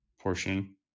portion